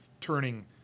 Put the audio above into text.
turning